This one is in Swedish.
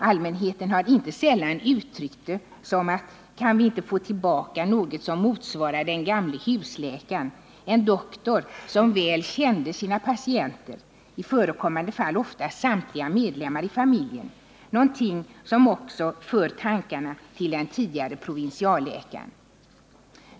Allmänheten har inte sällan uttryckt detta som: Kan vi inte få tillbaka något som motsvarar den gamla husläkaren, en doktor som väl kände sina patienter, i förekommande fall ofta samtliga medlemmar i familjen — någonting som också för tankarna till den tidigare provinsialläkaren.